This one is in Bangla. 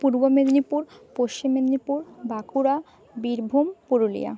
পূর্ব মেদিনীপুর পশ্চিম মেদিনীপুর বাঁকুড়া বীরভূম পুরুলিয়া